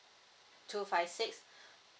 two five six